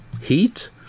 heat